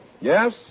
Yes